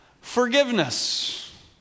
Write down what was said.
forgiveness